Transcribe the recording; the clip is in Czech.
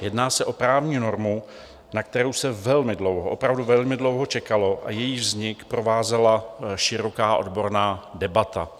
Jedná se o právní normu, na kterou se velmi dlouho, opravdu velmi dlouho čekalo a jejíž vznik provázela široká odborná debata.